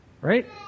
right